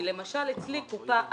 כי למשל אצלי קופה א',